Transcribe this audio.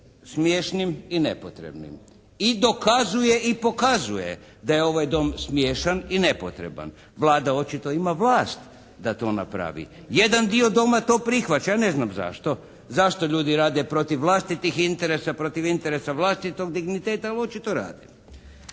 smiješnim i nepotrebnim. I dokazuje i pokazuje da je ovaj Dom smiješan i nepotreban. Vlada očito ima vlast da to napravi. Jedan dio Doma to prihvaća, ja ne znam zašto. Zašto ljudi rade protiv vlastitih interesa? Protiv interesa vlastitog digniteta ali očito rade.